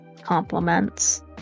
compliments